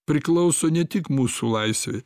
priklauso ne tik mūsų laisvei